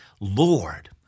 Lord